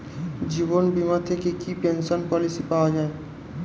জীবন বীমা থেকে কি পেনশন পলিসি পাওয়া যায়?